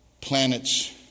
planets